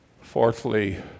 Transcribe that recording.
fourthly